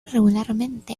regularmente